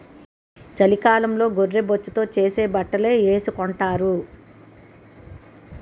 చలికాలంలో గొర్రె బొచ్చుతో చేసే బట్టలే ఏసుకొంటారు